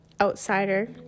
outsider